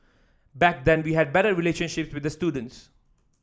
back then we had better relationships with the students